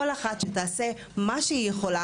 כל אחת שתעשה מה שהיא יכולה,